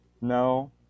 No